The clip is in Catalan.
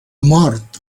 mort